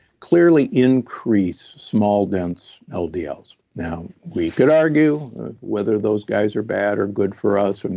clearly increase small dense ldls. now, we could argue whether those guys are bad or good for us, and